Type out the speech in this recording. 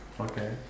Okay